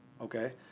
Okay